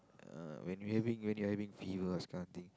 uh when you are having when you are having fever this kind of thing